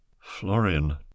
florian